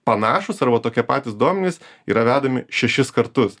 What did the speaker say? panašūs arba tokie patys duomenys yra vedami šešis kartus